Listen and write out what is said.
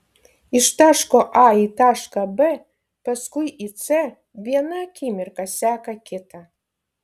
iš taško a į tašką b paskui į c viena akimirka seka kitą